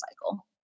cycle